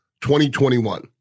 2021